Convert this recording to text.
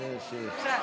יש?